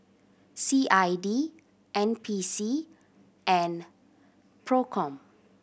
C I D N P C and Procom